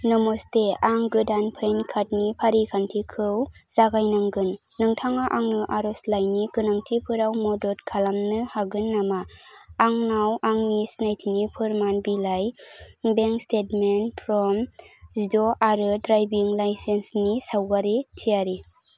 नमस्ते आं गोदान पैन कार्ड नि फारिखान्थिखौ जागायनांगोन नोंथाङा आंनो आरजलाइनि गोनांथिफोराव मदद खालामनो हागोन नामा आंनाव आंनि सिनायथिनि फोरमान बिलाइ बेंक स्टेटमेन्ट फर्म जिद' आरो ड्राइभिं लाइसेन्स नि सावगारि थियारि